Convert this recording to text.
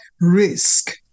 risk